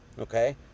Okay